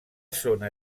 zona